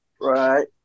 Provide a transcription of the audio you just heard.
Right